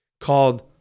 called